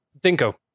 Dinko